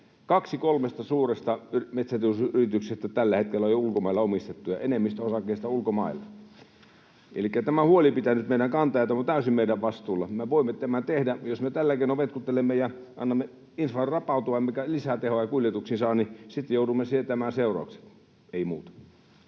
Kaksi kolmesta suuresta metsäteollisuusyrityksestä tällä hetkellä on jo ulkomailla omistettuja, enemmistö osakkeista ulkomailla. Elikkä tämän huoli pitää nyt meidän kantaa, ja tämä on täysin meidän vastuulla. Me voimme tämän tehdä. Jos me tällä keinoin vetkuttelemme ja annamme infran, mikä lisää tehoja kuljetuksiinsa, rapautua, niin sitten joudumme sietämään seuraukset. — Ei muuta.